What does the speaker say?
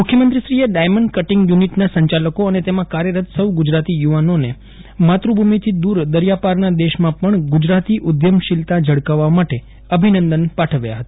મુખ્યમંત્રીશ્રીએ diamond cutting યુનિટના સંચાલકો તથા તેમાં કાર્યરત સૌ ગુજરાતી યુવાઓને માતૃભૂમિથી દૂર દરિયાપારના દેશમાં પણ ગુજરાતી ઉદ્યમશીલતા ઝળકાવવા માટે અભિનંદન પાઠવ્યા હતા